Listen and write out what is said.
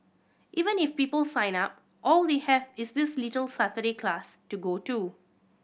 even if people sign up all they have is this little Saturday class to go to